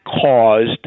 caused